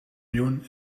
miljoen